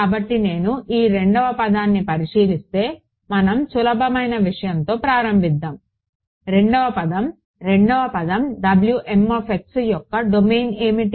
కాబట్టి నేను ఈ రెండవ పదాన్ని పరిశీలిస్తే మనం సులభమైన విషయంతో ప్రారంభిద్దాం రెండవ పదం రెండవ పదం యొక్క డొమైన్ ఏమిటి